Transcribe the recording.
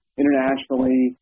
internationally